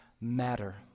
matter